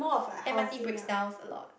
M_R_T breaks downs a lot